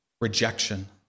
rejection